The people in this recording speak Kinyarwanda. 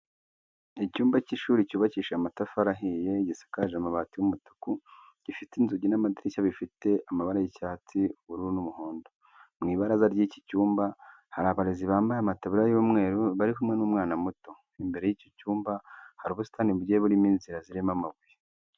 Icyumba cy'ishuri cyubakishije amatafari ahiye, gisakaje amabati y'umutuku, gifite inzugi n'amadirishya bifite amabara y'icyatsi, ubururu n'umuhondo. Mu ibaraza ry'iki cyumba hari abarezi bambaye amataburiya y'umweru bari kumwe n'umwana muto. Imbere y'icyo cyumba hari ubusitani bugiye burimo inzira zirimo amabuye.